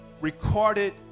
recorded